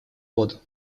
воду